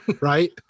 Right